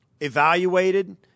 evaluated